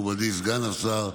מכובדי סגן השר,